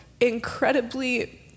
incredibly